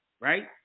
right